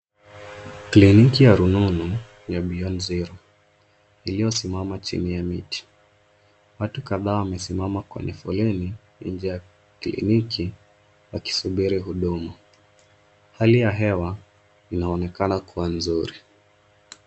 Kliniki ya rununu ya Beyond Zero iliyosimama chini ya miti. Watu kadhaa wamesimama kwenye foleni nje ya kliniki wakisubiri huduma. Hali ya hewa inaonekana kuwa nzuri.